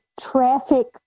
traffic